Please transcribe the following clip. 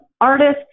artists